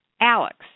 Alex